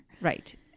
Right